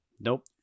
Nope